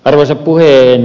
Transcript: arvoisa puhemies